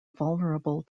vulnerable